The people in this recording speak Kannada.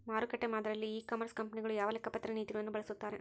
ಮಾರುಕಟ್ಟೆ ಮಾದರಿಯಲ್ಲಿ ಇ ಕಾಮರ್ಸ್ ಕಂಪನಿಗಳು ಯಾವ ಲೆಕ್ಕಪತ್ರ ನೇತಿಗಳನ್ನು ಬಳಸುತ್ತಾರೆ?